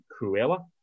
Cruella